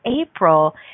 April